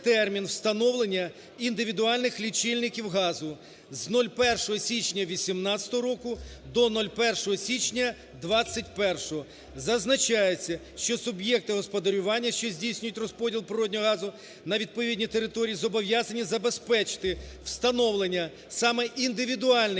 Змінюється термін встановлення індивідуальних лічильників газу з 1 січня 2018 року до 1 січня 2021. Зазначається, що суб'єкти господарювання, що здійснюють розподіл природного газу на відповідній території зобов'язані забезпечити встановлення саме індивідуальних лічильників газу,